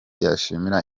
yishimira